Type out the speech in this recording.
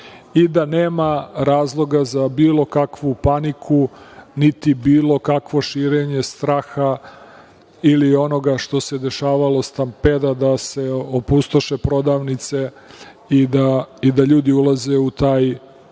i da nema razloga za bilo kakvu paniku, niti bilo kakvo širenje straha ili onoga što se dešavalo, stampeda, da se opustoše prodavnice i da ljudi ulaze u taj